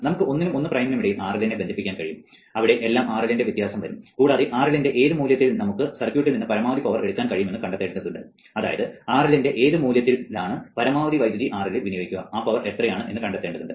നമുക്ക് 1 നും 1 പ്രൈമിനും ഇടയിൽ RL നെ ബന്ധിപ്പിക്കാൻ കഴിയും അവിടെ എല്ലാം RL ന്റെ വ്യത്യാസം വരും കൂടാതെ RL ന്റെ ഏത് മൂല്യത്തിൽ നമുക്ക് സർക്യൂട്ടിൽ നിന്ന് പരമാവധി പവർ എടുക്കാൻ കഴിയുമെന്ന് കണ്ടെത്തേണ്ടതുണ്ട് അതായത് RL ന്റെ ഏത് മൂല്യത്തിലാണ് പരമാവധി വൈദ്യുതി RL ൽ വിനിയോഗിക്കുക ആ പവർ എത്രയാണ് എന്ന് കണ്ടെത്തേണ്ടതുണ്ട്